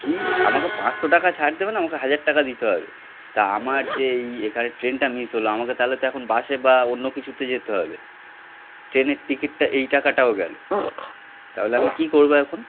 কী আমাকে পাঁচশো টাকা ছাড় দেবেন আমাকে হাজার টাকা দিতে হবে তা আমার যে এই এখানে ট্রেনটা মিস হলো আমাকে তাহলে তো এখন বাসে বা অন্য কিছুতে যেতে হবে ট্রেনের টিকিটটা এই টাকাটাও গেলো তাহলে আমি কী করব এখন